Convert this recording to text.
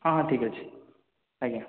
ହଁ ହଁ ଠିକ୍ ଅଛି ଆଜ୍ଞା